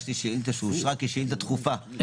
הגשתי שאילתה שאושרה כשאילתה דחופה,